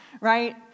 right